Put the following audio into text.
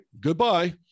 goodbye